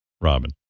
Robin